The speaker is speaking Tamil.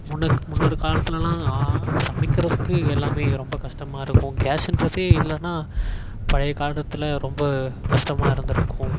முன்னுக் முன்னொரு காலத்துலெலாம் சமைக்கிறதுக்கு எல்லாமே ரொம்ப கஷ்டமாக இருக்கும் கேஸுன்றதே இல்லைன்னா பழைய காலத்தில் ரொம்ப கஷ்டமாக இருந்திருக்கும்